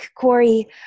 Corey